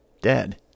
dead